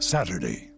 Saturday